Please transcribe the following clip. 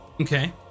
Okay